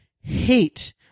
hate